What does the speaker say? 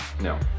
no